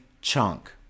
chunk